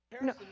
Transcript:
no